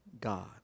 God